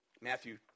Matthew